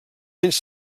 anys